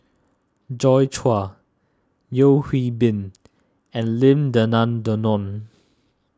Joi Chua Yeo Hwee Bin and Lim Denan Denon